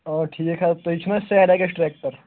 آ ٹھیٖک حظ تُہۍ چھُو سینٛڈ اٮ۪کٕسٹرٛیکٹَر